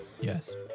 Yes